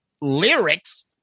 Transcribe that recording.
lyrics